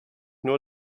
nur